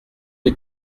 les